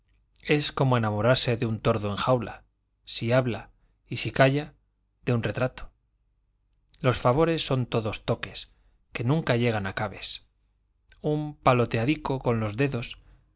es como enamorarse de un tordo en jaula si habla y si calla de un retrato los favores son todos toques que nunca llegan a cabes un paloteadico con los dedos